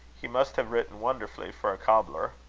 he must have written wonderfully for a cobbler.